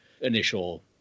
initial